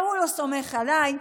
והוא לא סומך עליי,